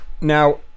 Now